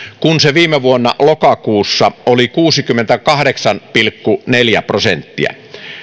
kun se viime vuonna lokakuussa oli kuusikymmentäkahdeksan pilkku neljä prosenttia